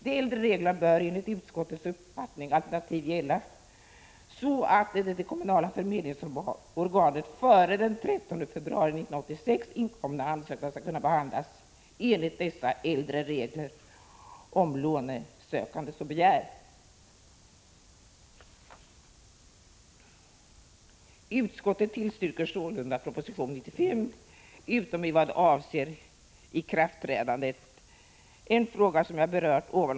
De äldre reglerna bör enligt utskottets uppfattning alternativt gälla så, att till det kommunala förmedlingsorganet före den 13 februari 1986 inkomna ansökningarna skall kunna behandlas enligt dessa äldre regler, om lånesökande så begär. Utskottet tillstyrker sålunda proposition 95 utom i vad avser ikraftträdandet — en fråga som jag redan berört.